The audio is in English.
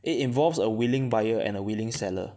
it involves a willing buyer and a willing seller